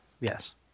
Yes